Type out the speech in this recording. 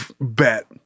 bet